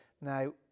Now